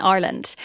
Ireland